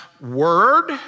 word